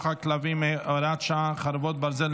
על כלבים (הוראת שעה) (חרבות ברזל),